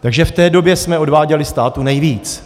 Takže v té době jsme odváděli státu nejvíc.